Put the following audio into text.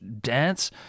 dance